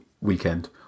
weekend